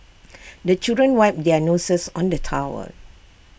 the children wipe their noses on the towel